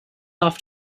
off